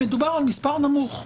מדובר על מספר נמוך.